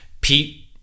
Pete